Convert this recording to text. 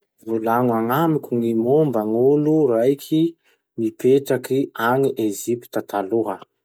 Volagno agnamiko gny momba gn'olo raiky nipetraky agny Ezipta taloha.